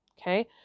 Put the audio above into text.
Okay